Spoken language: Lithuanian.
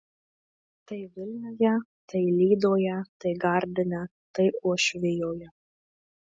tai vilniuje tai lydoje tai gardine tai uošvijoje